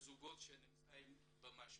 לזוגות שנמצאים במשבר.